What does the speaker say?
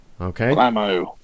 Okay